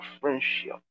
friendship